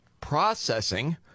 processing